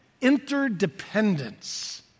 interdependence